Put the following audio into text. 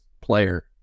player